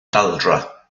daldra